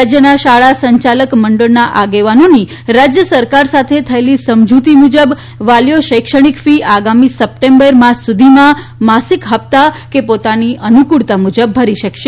રાજ્યના શાળા સંચાલક મંડળના આગેવાનોની રાજ્ય સરકાર સાથે થયેલી સમજૂતી મુજબ વાલીઓ શૈક્ષણિક ફી આગામી સપ્ટેમ્બર માસ સુધીમાં માસિક હપ્તા કે પોતાની અનુફ્રળતા મુજબ ભરી શકશે